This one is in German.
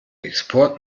export